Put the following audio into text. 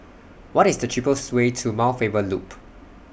What IS The cheapest Way to Mount Faber Loop